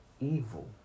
evil